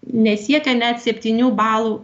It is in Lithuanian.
nesiekia net septynių balų